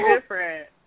different